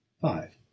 five